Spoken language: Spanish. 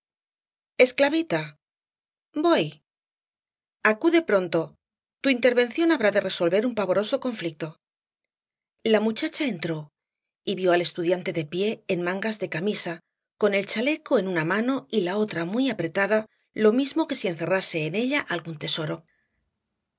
esclavita voy acude pronto tu intervención habrá de resolver un pavoroso conflicto la muchacha entró y vió al estudiante de pié en mangas de camisa con el chaleco en una mano y la otra muy apretada lo mismo que si encerrase en ella algún tesoro